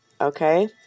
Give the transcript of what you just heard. Okay